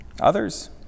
Others